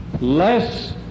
less